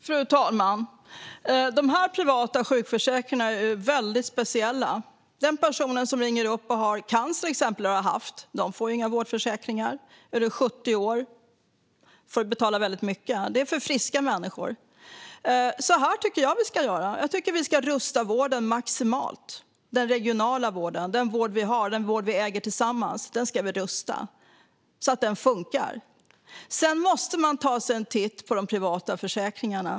Fru talman! De privata sjukförsäkringarna är väldigt speciella. Den person som ringer upp och till exempel har eller har haft cancer får inga vårdförsäkringar. Är du 70 år får du betala väldigt mycket. Det är för friska människor. Så här tycker jag att vi ska göra. Jag tycker att vi ska rusta den regionala vården maximalt, den vård vi har. Den vård vi äger tillsammans ska vi rusta så att den fungerar. Sedan måste man ta sig en titt på de privata försäkringarna.